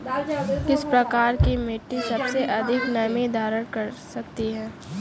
किस प्रकार की मिट्टी सबसे अधिक नमी धारण कर सकती है?